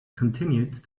continued